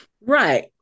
Right